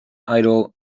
idol